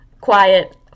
quiet